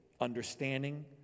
understanding